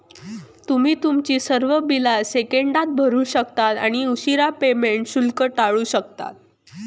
तुम्ही तुमची सर्व बिला सेकंदात भरू शकता आणि उशीरा पेमेंट शुल्क टाळू शकता